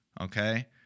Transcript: okay